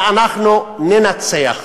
ואנחנו ננצח.